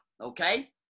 okay